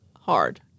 hard